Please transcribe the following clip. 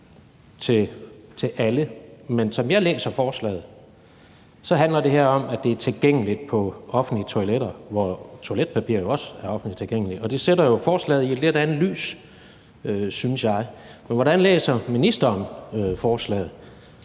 til alle. Men som jeg læser forslaget, handler det her om, at det er tilgængeligt på offentlige toiletter, hvor toiletpapir jo også er offentligt tilgængeligt, og det sætter jo forslaget i et lidt andet lys, synes jeg. Men hvordan læser ministeren forslaget?